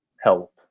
Help